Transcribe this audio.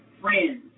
Friends